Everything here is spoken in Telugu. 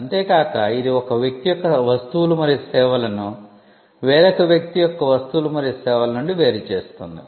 అంతే కాక ఇది ఒక వ్యక్తి యొక్క వస్తువులు మరియు సేవలను వేరొక వ్యక్తి యొక్క వస్తువులు మరియు సేవల నుండి వేరు చేస్తుంది